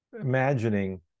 imagining